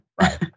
right